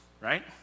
Right